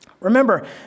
Remember